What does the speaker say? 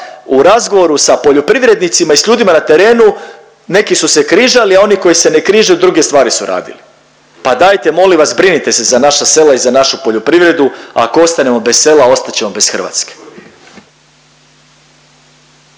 u razgovoru sa poljoprivrednicima i sa ljudima na terenu neki su se križali, a oni koji se ne križaju druge stvari su radili. Pa dajte molim vas brinite se za naša sela i za našu poljoprivredu. Ako ostanemo bez sela ostat ćemo bez Hrvatske.